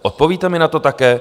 Odpovíte mi na to také?